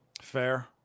Fair